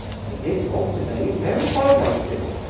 he did talk to me, and very kindlike too.